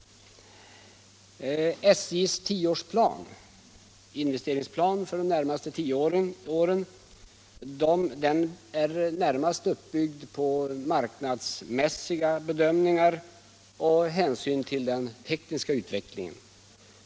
SJ:s investeringsplan för de kommande tio åren är närmast uppbyggd på marknadsmässiga bedömningar och på hänsyn till den tekniska utvecklingen.